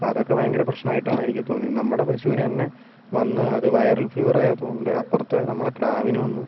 അപ്പം അതൊക്കെ ഭയങ്കര പ്രശ്നം ആയിട്ടാണ് എനിക്ക് തോന്നിയത് നമ്മുടെ പശുവിന് തന്നെ വന്ന് അത് വൈറൽ ഫീവർ ആയത് കൊണ്ട് അപ്പുറത്തെ നമ്മുടെ കിടാവിന് വന്നു